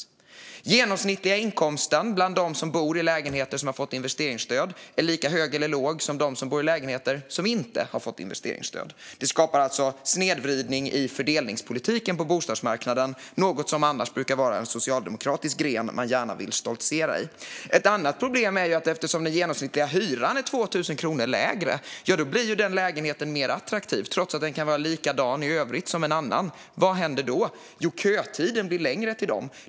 Den genomsnittliga inkomsten bland dem som bor i lägenheter som har fått investeringsstöd är lika hög eller låg som bland dem som bor i lägenheter som inte har fått investeringsstöd. Det skapar alltså snedvridning i fördelningspolitiken på bostadsmarknaden, något som annars brukar vara en gren Socialdemokraterna gärna vill stoltsera med. Ett annat problem är att eftersom den genomsnittliga hyran är 2 000 kronor lägre för en lägenhet som byggts med investeringsstöd blir den mer attraktiv, trots att den i övrigt kan vara likadan som en annan. Vad händer då? Jo, kötiden till den blir längre.